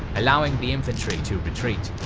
allowing the infantry to retreat.